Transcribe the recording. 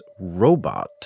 Robot